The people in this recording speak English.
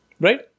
Right